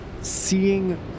seeing